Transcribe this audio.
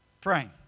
praying